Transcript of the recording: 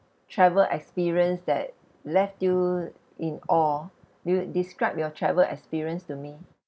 travel experience that left you in awe you describe your travel experience to me